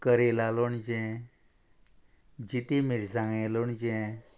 करेला लोणचें जिती मिरसांगे लोणचें